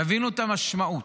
תבינו את המשמעות.